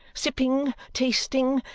sipping? tasting?